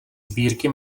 sbírky